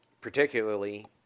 particularly